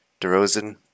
DeRozan